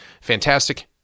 Fantastic